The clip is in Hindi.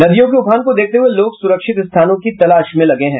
नदियों के उफान को देखते हुये लोग सुरक्षित स्थानों की तलाश में लगे हैं